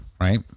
Right